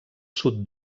sud